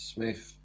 Smith